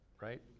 right